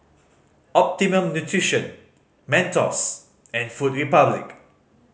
Optimum Nutrition Mentos and Food Republic